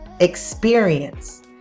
Experience